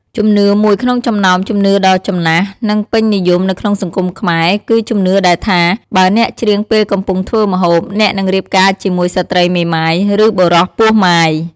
ជំនឿមួយក្នុងចំណោមជំនឿដ៏ចំណាស់ និងពេញនិយមនៅក្នុងសង្គមខ្មែរ គឺជំនឿដែលថា "បើអ្នកច្រៀងពេលកំពុងធ្វើម្ហូប អ្នកនឹងរៀបការជាមួយស្ត្រីមេម៉ាយ ឬបុរសពោះម៉ាយ"។